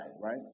right